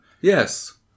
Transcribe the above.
Yes